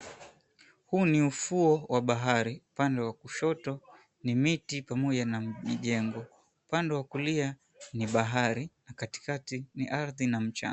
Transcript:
Huu ni ufuo wa bahari, upande wa kushoto ni miti pamoja na mijengo. Upande wa kulia, ni bahari na katikati ni ardhi na mchanga.